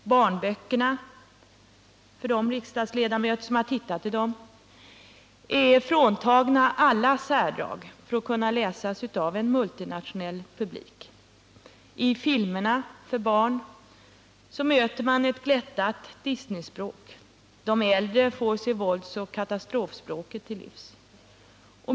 Barnböckerna är — det vet de riksdagsledamöter som har tittat i dem — fråntagna alla särdrag för att kunna läsas av en multinationell publik. I filmerna för barn möter man ett glättat Disneyspråk. De äldre får sig våldsoch katastrofspråket till livs.